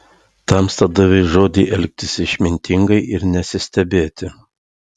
tamsta davei žodį elgtis išmintingai ir nesistebėti